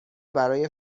برای